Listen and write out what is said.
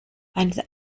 eine